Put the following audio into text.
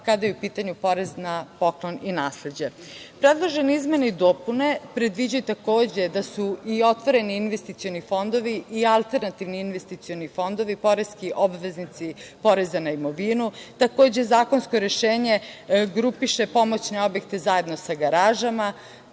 kada je u pitanju porez na poklon i nasleđe. Predložene izmene i dopune predviđaju takođe da su i otvorene investiciono fondovi i alternativni investicioni fondovi poreski obveznici poreza na imovinu. Takođe zakonsko rešenje grupiše pomoćne objekte zajedno sa garažama,